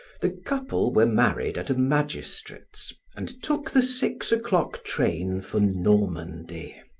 the couple were married at a magistrate's and took the six o'clock train for normandy.